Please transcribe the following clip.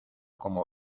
como